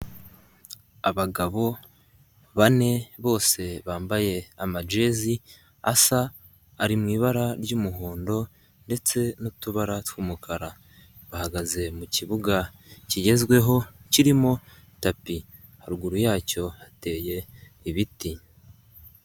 Abagabo bane bose bambaye amajezi asa ari mu ibara ry'umuhondo, ndetse n'utubara tw'umukara, bahagaze mu kibuga kigezweho kirimo tapi, haruguru yacyo hateye ibiti.